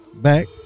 back